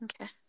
Okay